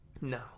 No